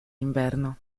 inverno